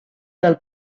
del